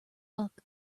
luck